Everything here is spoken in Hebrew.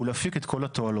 הוא להפיק את כל התועלות.